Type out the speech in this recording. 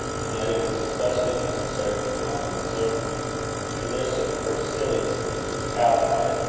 and that it was especially necessary with london servants for their superciliousness is cowed by it,